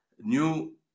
new